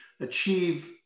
achieve